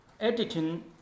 Editing